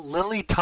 Lily